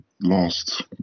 last